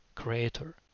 Creator